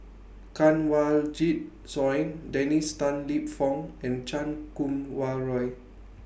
Kanwaljit Soin Dennis Tan Lip Fong and Chan Kum Wah Roy